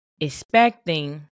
Expecting